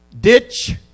Ditch